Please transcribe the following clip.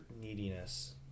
neediness